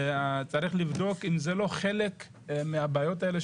וצריך לבדוק אם זה לא חלק מהבעיות האלה,